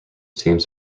teams